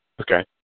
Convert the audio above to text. Okay